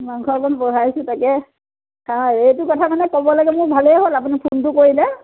মাংস অকণ বঢ়াইছোঁ তাকে খাওঁ আৰু এইটো কথাৰ কাৰণে ক'বলৈকে মোৰ ভালেই হ'ল আপুনি ফোনটো কৰিলে